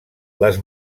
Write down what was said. les